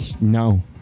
No